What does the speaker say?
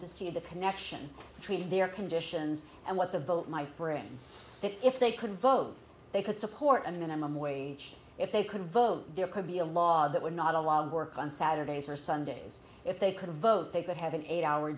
to see the connection between their conditions and what the vote might bring if they couldn't vote they could support a minimum wage if they couldn't vote there could be a law that would not allow work on saturdays or sundays if they couldn't vote they could have an eight hour